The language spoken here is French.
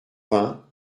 vingt